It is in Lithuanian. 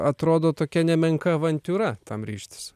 atrodo tokia nemenka avantiūra tam ryžtis